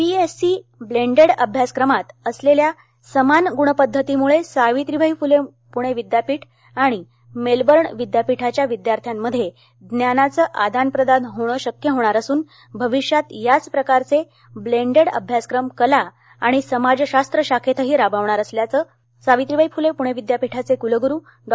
BSc blended अभ्यासक्रमात असलेल्या समान ग्णपद्धतीम्ळे सावित्रीबाई फुले प्णे विद्यापीठ आणि मेलबर्न विद्यापीठाच्या विद्यार्थ्यांमध्ये ज्ञानाचे आदानप्रदान होणे शक्य होणार असून भविष्यात याच प्रकारचे ब्लेंडेड अभ्यासक्रम कला आणि समाजशास्त्र शाखेतही राबवणार असल्याची माहिती सावित्रीबाई फुले पुणे विद्यापीठाचे कुलगुरू डॉ